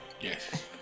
Yes